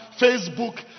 Facebook